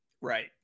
Right